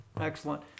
Excellent